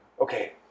Okay